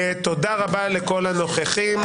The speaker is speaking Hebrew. תודה רבה לכל הנוכחים,